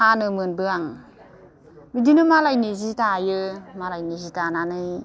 फानो मोनबो आं बिदिनो मालायनि सि दायो मालायनि सि दानानै